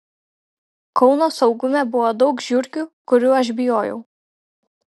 kauno saugume buvo daug žiurkių kurių aš bijojau